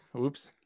Oops